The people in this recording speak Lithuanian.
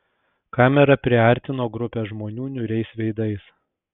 kamera priartino grupę žmonių niūriais veidais